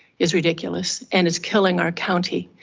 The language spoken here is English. is ridiculous and it's killing our county,